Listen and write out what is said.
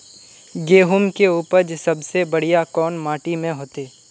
गेहूम के उपज सबसे बढ़िया कौन माटी में होते?